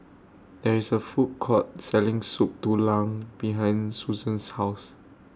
There IS A Food Court Selling Soup Tulang behind Susann's House